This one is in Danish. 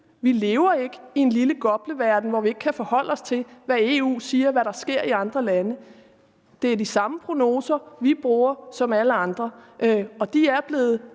Vi lever ikke i en lille gopleverden, hvor vi ikke skal forholde os til, hvad EU siger, og hvad der sker i andre lande. Det er de samme prognoser, vi bruger, som alle andre, og de er blevet